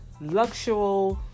luxury